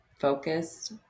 focused